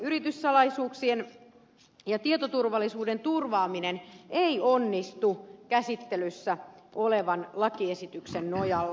yrityssalaisuuksien ja tietoturvallisuuden turvaaminen ei onnistu käsittelyssä olevan lakiesityksen nojalla